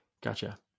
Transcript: gotcha